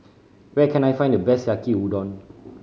where can I find the best Yaki Udon